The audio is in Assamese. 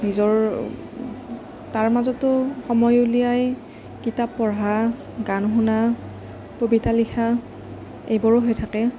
নিজৰ তাৰ মাজতো সময় উলিয়াই কিতাপ পঢ়া গান শুনা কবিতা লিখা এইবোৰো হৈ থাকে